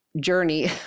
journey